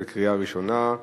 בקריאה ראשונה.